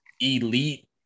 elite